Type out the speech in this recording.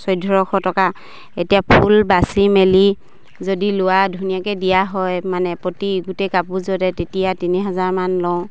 চৈধ্যশ টকা এতিয়া ফুল বাচি মেলি যদি লোৱা ধুনীয়াকে দিয়া হয় মানে প্ৰতি ই গোটেই কাপোৰযোৰতে তেতিয়া তিনি হাজাৰমান লওঁ